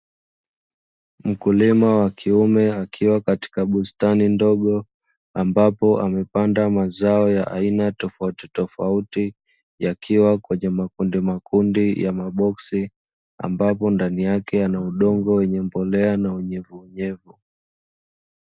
Mkulima wa kiume akiwa katika bustani ndogo ambapo amepanda mazao ya aina tofautitofauti yakiwa kwenye makundimakundi ya maboksi, ambapo ndani yake yana udongo wenye mbolea na unyevuunyevu.